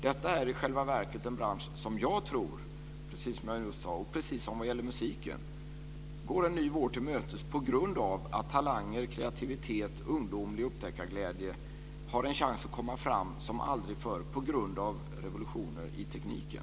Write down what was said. Detta är i själva verket den bransch som jag tror, precis som när det gäller musiken, går en ny vår till mötes på grund av att talanger, kreativitet och ungdomlig upptäckarglädje har en chans att komma fram som aldrig förr på grund av revolutioner i tekniken.